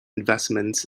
investments